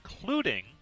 including